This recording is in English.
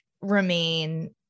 remain